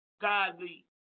godly